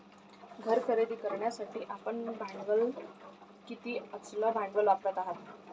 घर खरेदी करण्यासाठी आपण किती अचल भांडवल वापरत आहात?